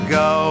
go